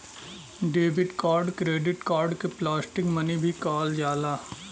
debit card credit card के plastic money भी कहल जाला